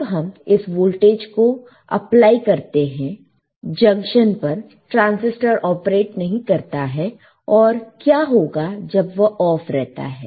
जब हम इस वोल्टेज को अप्लाई करते हैं जंक्शन पर ट्रांजिस्टर ऑपरेट नहीं करता है और क्या होगा जब वह ऑफ रहता है